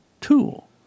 tool